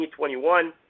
2021